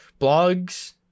blogs